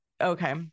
okay